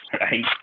right